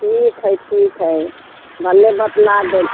ठीक हइ ठीक हइ भने बतला देली